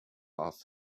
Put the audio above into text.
off